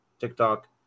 TikTok